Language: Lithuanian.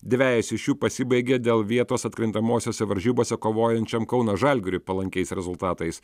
dvejos iš jų pasibaigė dėl vietos atkrintamosiose varžybose kovojančiam kauno žalgiriui palankiais rezultatais